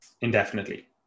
indefinitely